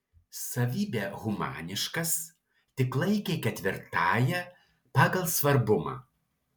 savybę humaniškas tik laikė ketvirtąja pagal svarbumą